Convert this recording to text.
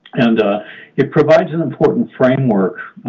and it provides an important framework,